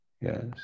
Yes